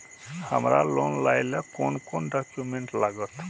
हमरा लोन लाइले कोन कोन डॉक्यूमेंट लागत?